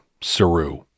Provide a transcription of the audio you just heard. Saru